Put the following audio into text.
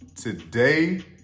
today